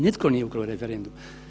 Nitko nije ukrao referendum.